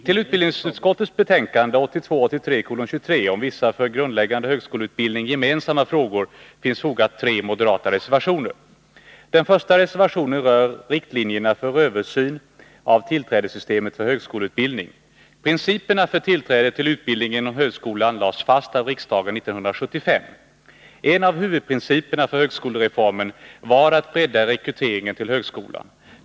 Till utbildningsutskottets betänkande 1982/83:23 om vissa för grundläggande högskoleutbildning gemensamma frågor har fogats tre moderata reservationer. Den första reservationen rör riktlinjerna för översyn av tillträdessystemet för högskoleutbildning. Principerna för tillträde till utbildning inom högskolan lades fast av riksdagen 1975. En av huvudprinciperna för högskolereformen var att bredda rekryteringen till högskolan.